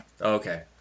Okay